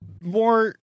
more